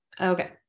Okay